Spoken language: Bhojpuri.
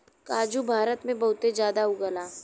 काजू भारत में बहुते जादा उगला